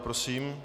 Prosím.